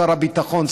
שר הביטחון,